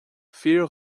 fíor